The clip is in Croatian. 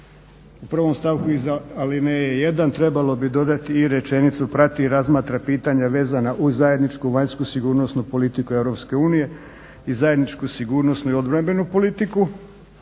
u prvom stavku iza alineje 1. trebalo bi dodati i rečenicu prati i razmatra pitanja vezana uz zajedničku vanjsku sigurnosnu politiku EU i zajedničku sigurnosnu i obrambenu politiku.